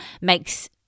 makes